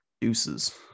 Deuces